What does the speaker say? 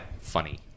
funny